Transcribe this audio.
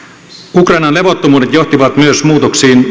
ukrainan levottomuudet johtivat muutoksiin